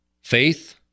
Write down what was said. faith